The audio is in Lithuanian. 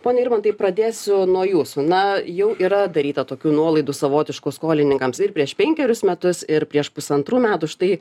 pone irmantai pradėsiu nuo jūsų na jau yra daryta tokių nuolaidų savotiškų skolininkams ir prieš penkerius metus ir prieš pusantrų metų štai